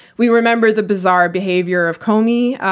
we remember the bizarre behavior of comey,